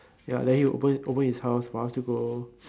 ya then he will open open his house for us to go